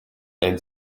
and